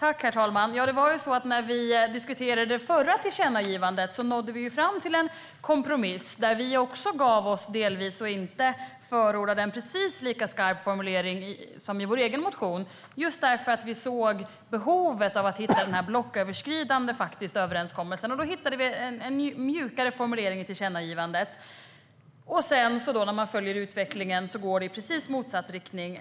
Herr talman! När vi diskuterade det förra tillkännagivandet nådde vi fram till en kompromiss, där vi delvis gav med oss och inte förordade en riktigt lika skarp formulering som i vår egen motion, just för att vi såg behovet av en blocköverskridande överenskommelse. Då hittade vi en mjukare formulering i tillkännagivandet. När vi följer utvecklingen ser vi att det går i precis motsatt riktning